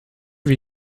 wie